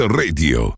radio